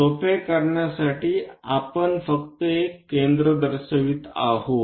सोपे करण्यासाठी आपण फक्त एक केंद्र दर्शवित आहोत